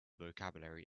vocabulary